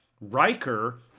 Riker